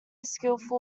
skillful